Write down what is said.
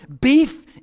beef